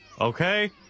okay